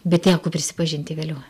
bet teko prisipažinti vėliau